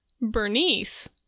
Bernice